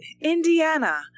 Indiana